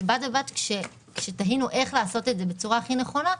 ובד בבד כשתהינו איך לעשות את זה בצורה הכי נכונה,